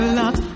love